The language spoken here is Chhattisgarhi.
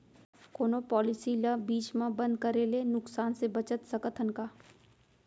कोनो पॉलिसी ला बीच मा बंद करे ले नुकसान से बचत सकत हन का?